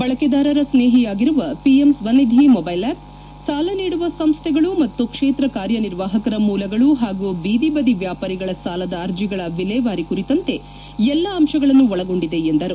ಬಳಕೆದಾರರ ಸ್ನೇಹಿಯಾಗಿರುವ PM Svanidhi mobile app ಸಾಲ ನೀಡುವ ಸಂಸ್ಥೆಗಳು ಮತ್ತು ಕ್ಷೇತ್ರ ಕಾರ್ಯನಿರ್ವಾಪಕರ ಮೂಲಗಳು ಹಾಗೂ ಬೀದಿಬದಿ ವ್ಯಾಪಾರಿಗಳ ಸಾಲದ ಅರ್ಜಿಗಳ ವಿಲೇವಾರಿ ಕುರಿತಂತೆ ಎಲ್ಲ ಅಂತಗಳನ್ನು ಒಳಗೊಂಡಿದೆ ಎಂದರು